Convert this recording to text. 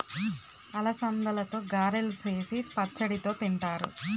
అలసందలతో గారెలు సేసి పచ్చడితో తింతారు